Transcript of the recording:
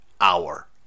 hour